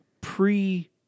pre